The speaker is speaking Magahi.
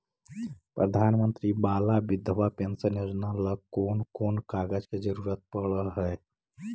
प्रधानमंत्री बाला बिधवा पेंसन योजना ल कोन कोन कागज के जरुरत पड़ है?